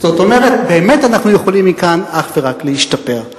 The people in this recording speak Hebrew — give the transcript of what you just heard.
זאת אומרת, באמת אנחנו יכולים מכאן אך ורק להשתפר.